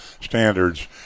standards